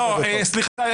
סליחה,